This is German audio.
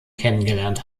kennengelernt